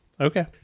Okay